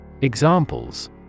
Examples